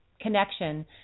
connection